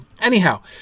anyhow